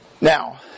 Now